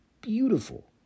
beautiful